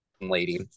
lady